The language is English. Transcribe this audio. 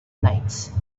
lights